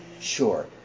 sure